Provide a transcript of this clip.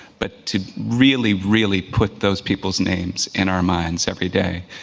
but to really, really put those people's names in our minds everyday.